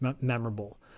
memorable